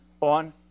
on